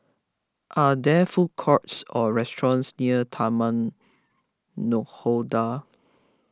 are there food courts or restaurants near Taman Nakhoda